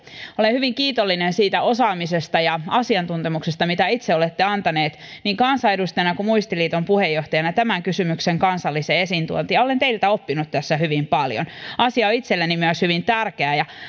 olen hyvin kiitollinen siitä osaamisesta ja asiantuntemuksesta mitä itse olette antanut niin kansanedustajana kuin muistiliiton puheenjohtajana tämän kysymyksen kansalliseen esiintuontiin ja olen teiltä oppinut tässä hyvin paljon asia on itselleni myös hyvin tärkeä ja